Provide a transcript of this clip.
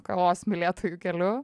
kavos mylėtojų keliu